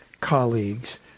colleagues